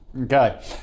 Okay